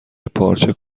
پارچه